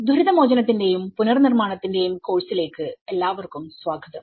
ദുരിതമോചനത്തിന്റെയും പുനർനിർമ്മാണത്തിന്റെയും കോഴ്സിലേക്ക് എല്ലാവർക്കും സ്വാഗതം